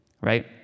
Right